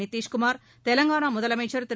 நிதிஷ்குமார் தெவங்கானா முதலமைச்சர் திரு